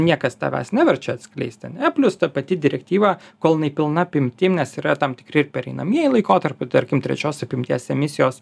niekas tavęs neverčia atskleisti ane plius ta pati direktyva kol jinai pilna apimtim nes yra ir tam tikri ir pereinamieji laikotarpiai tarkim trečios apimties emisijos